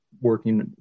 working